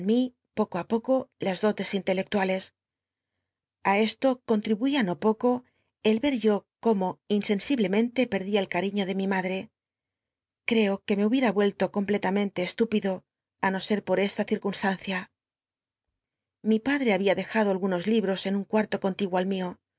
poco á poco las dotes intelectuales a esto contribuía no poco el ve yo cómo in cnsiblemenlc pcrdia el cnl'iiío de mi madre creo que me hubiera vuelto complelamcnte estúpido á no se po esta cicunsl ancia ili padre habia dejado algunos iibos en un cualo contiguo al mio